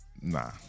Nah